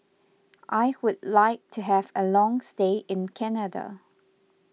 I would like to have a long stay in Canada